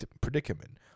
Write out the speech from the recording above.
predicament